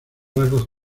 rasgos